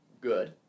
good